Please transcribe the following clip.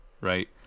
right